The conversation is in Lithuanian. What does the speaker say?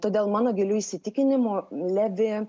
todėl mano giliu įsitikinimu levi